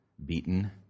Beaten